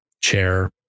chair